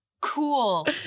Cool